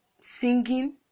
singing